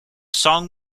song